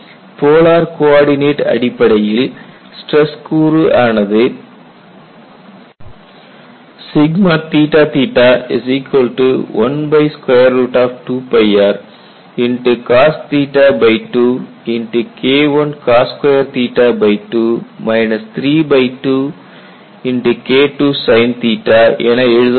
polar coordinate அடிப்படையில் stress கூறு ஆனது 12rcos2K1cos2 2 32KIIsin என எழுதப்படுகிறது